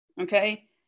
Okay